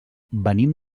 venim